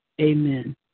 Amen